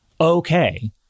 okay